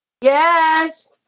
Yes